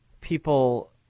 people